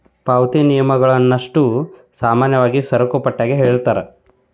ಪಾವತಿ ನಿಯಮಗಳನ್ನಷ್ಟೋ ಸಾಮಾನ್ಯವಾಗಿ ಸರಕುಪಟ್ಯಾಗ ಹೇಳಿರ್ತಾರ